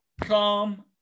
come